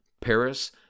Paris